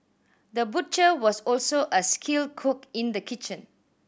the butcher was also a skilled cook in the kitchen